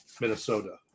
Minnesota